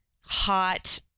hot